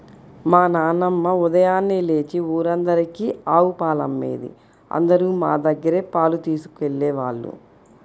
మా నాన్నమ్మ ఉదయాన్నే లేచి ఊరందరికీ ఆవు పాలమ్మేది, అందరూ మా దగ్గరే పాలు తీసుకెళ్ళేవాళ్ళు